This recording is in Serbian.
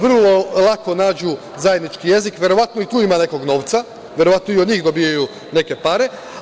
Vrlo lako nađu zajednički jezik, verovatno i tu ima nekog novca, verovatno i od njih dobijaju neke pare.